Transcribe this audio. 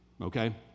okay